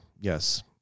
yes